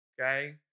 Okay